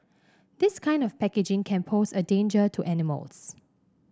this kind of packaging can pose a danger to animals